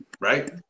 right